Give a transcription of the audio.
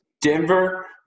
Denver